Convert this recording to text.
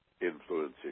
Influencing